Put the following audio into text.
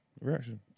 reaction